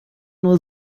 nur